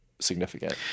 significant